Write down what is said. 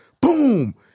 Boom